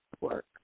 work